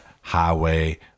Highway